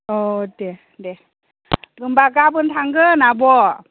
अ दे दे होनबा गाबोन थांगोन आब'